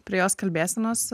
prie jos kalbėsenos